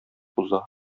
уза